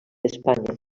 espanya